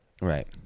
right